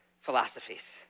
philosophies